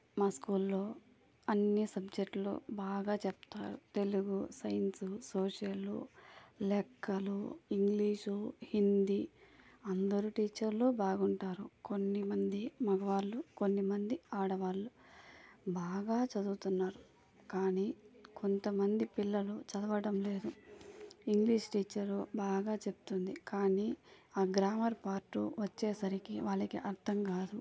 మా స్కూల్లో అన్నీ సబ్జెక్టులు బాగా చెప్తారు తెలుగు సైన్స్ సోషల్ లెక్కలు ఇంగ్లీషు హిందీ అందరూ టీచర్లు బాగుంటారు కొన్ని మంది మగవాళ్ళు కొన్ని మంది ఆడవాళ్ళు బాగా చదువుతున్నారు కానీ కొంతమంది పిల్లలు చదవడం లేదు ఇంగ్లీష్ టీచర్ బాగా చెప్తుంది కానీ ఆ గ్రామర్ పార్ట్ వచ్చేసరికి వాళ్ళకి అర్థం కాదు